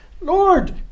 Lord